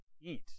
eat